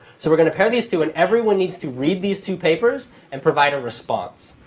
so we're going to pair these two and everyone needs to read these two papers and provide a response.